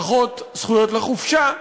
פחות זכויות לחופשה,